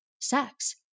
sex